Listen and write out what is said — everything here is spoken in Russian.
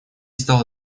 стало